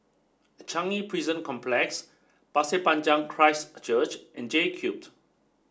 Changi Prison Complex Pasir Panjang Christ Church and J Cute